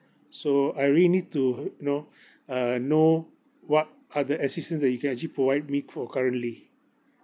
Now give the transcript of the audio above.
so I really need to uh you know uh know what are the assistance that you can actually provide me for currently